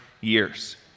years